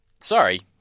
Sorry